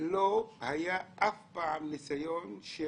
ונפתחה חקירה פלילית נגד הבנקים אני מחזיר אותך